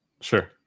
Sure